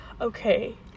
okay